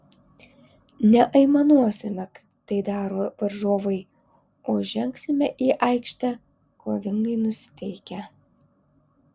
neaimanuosime kaip tai daro varžovai o žengsime į aikštę kovingai nusiteikę